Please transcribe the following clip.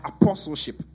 apostleship